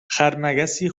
خرمگسی